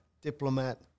diplomat